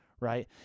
right